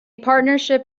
partnership